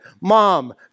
mom